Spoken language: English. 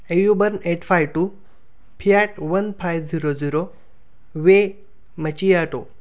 auburn eight five two Fiat one five zero zero wey macchiato